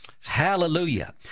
Hallelujah